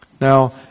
Now